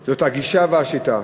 זה הגישה והשיטה,